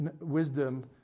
wisdom